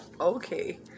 Okay